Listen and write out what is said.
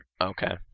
Okay